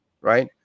right